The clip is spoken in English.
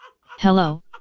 Hello